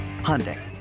Hyundai